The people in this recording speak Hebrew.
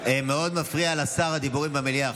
מפריעים מאוד לשר הדיבורים במליאה.